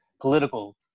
political